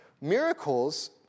Miracles